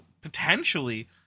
potentially